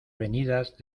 venidas